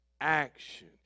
action